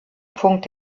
punkt